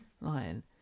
lion